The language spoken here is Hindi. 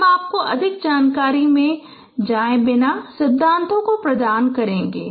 हम आपको अधिक जानकारी में जाए बिना सिद्धांतों को प्रदान करगें